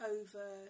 over